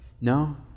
no